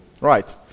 Right